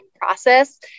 process